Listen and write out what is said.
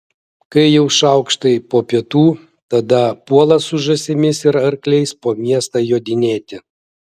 kai jau šaukštai po pietų tada puola su žąsimis ir arkliais po miestą jodinėti